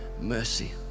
mercy